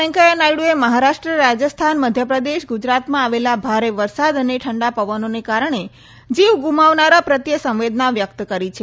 વેંકેયા નાયડુએ મહારાષ્ટ્ર રાજસ્થાન મધ્યપ્રદેશ ગુજરાતમાં આવેલા ભારે વરસાદ અને ઠંડા પવનોને કારણે જાન ગુમાવનારા પ્રત્યે સંવેદના વ્યક્ત કરી છે